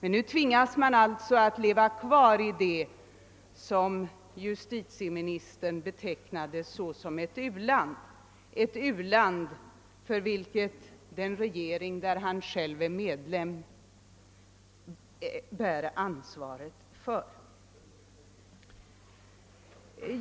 Nu tvingas man alltså leva kvar i vad justitieministern betecknade som ett u-land — ett u-land som den regering i vilken han själv är medlem bär ansvaret för.